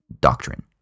doctrine